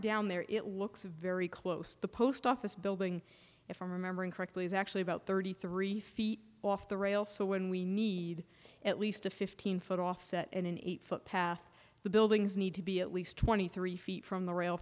down there it looks very close the post office building if i'm remembering correctly is actually about thirty three feet off the rail so when we need at least a fifteen foot offset in an eight foot path the buildings need to be at least twenty three feet from the rail